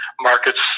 markets